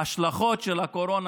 מההשלכות של הקורונה,